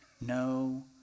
no